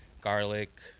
garlic